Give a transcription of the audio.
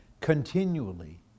Continually